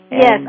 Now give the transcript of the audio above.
Yes